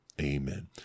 Amen